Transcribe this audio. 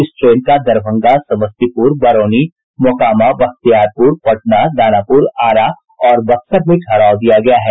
इस ट्रेन का दरभंगा समस्तीपुर बरौनी मोकामा बख्तियारपुर पटना दानापुर आरा और बक्सर में ठहराव दिया गया है